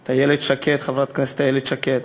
את חברת הכנסת איילת שקד,